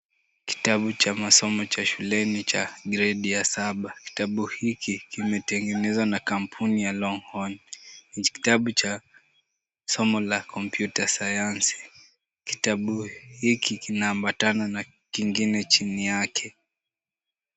Kitabu cha masomo cha shuleni cha gredi ya saba. Kitabu hiki kimetengenezwa na kampuni ya Longhorn. Ni kitabu cha somo la kompyuta sayansi. Kitabu hiki kinaambatana na kingine chini yake.